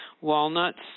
walnuts